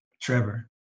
Trevor